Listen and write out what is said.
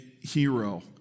hero